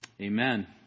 Amen